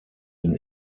den